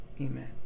Amen